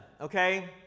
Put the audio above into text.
okay